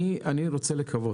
אני רוצה לקוות,